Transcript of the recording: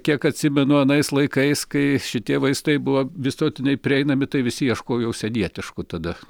kiek atsimenu anais laikais kai šitie vaistai buvo visuotinai prieinami tai visi ieškojo užsienietiškų tada